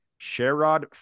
Sherrod